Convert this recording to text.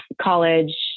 college